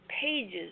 pages